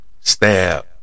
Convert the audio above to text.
stab